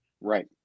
Right